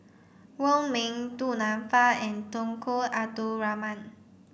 Wong Ming Du Nanfa and Tunku Abdul Rahman